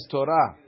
Torah